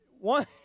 one